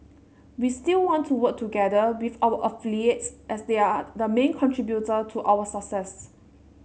we still want to work together with our affiliates as they are the main contributor to our success